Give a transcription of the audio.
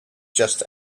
just